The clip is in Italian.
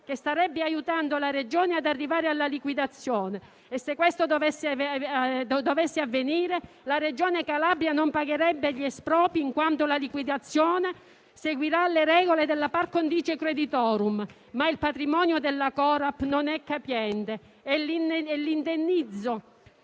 che starebbe aiutando la Regione ad arrivare alla liquidazione; se questo dovesse avvenire, la Regione Calabria non pagherebbe gli espropri, in quanto la liquidazione seguirà le regole della *par condicio creditorum*. Il patrimonio della Corap però non è capiente e l'indennizzo